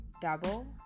Double